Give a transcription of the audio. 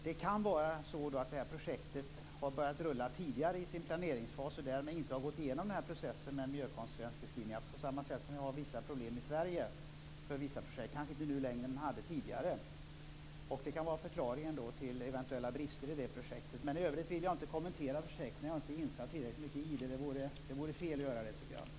Det kan alltså vara så att det här projektet har börjat rulla tidigare i sin planeringsfas och därmed inte har gått igenom den här processen med en miljökonsekvensbeskrivning, på samma sätt som vi har vissa problem i Sverige för en del projekt - kanske inte nu längre, men det var så tidigare. Det kan vara förklaringen till eventuella brister i det här projektet. Men i övrigt vill jag inte kommentera ett projekt som jag inte är tillräckligt insatt i. Det vore fel att göra det tycker jag.